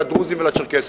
לדרוזים ולצ'רקסים.